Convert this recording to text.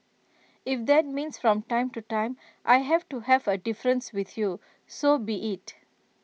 if that means from time to time I have to have A difference with you so be IT